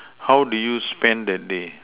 how do you spend the day